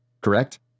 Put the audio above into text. correct